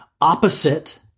opposite